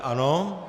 Ano.